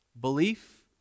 belief